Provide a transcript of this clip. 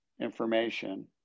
information